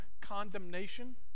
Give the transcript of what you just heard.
condemnation